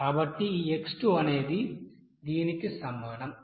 కాబట్టి ఈ x2 అనేది కి సమానం